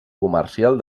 comercial